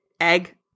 Egg